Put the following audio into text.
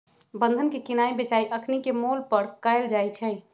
बन्धन के किनाइ बेचाई अखनीके मोल पर कएल जाइ छइ